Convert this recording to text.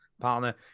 partner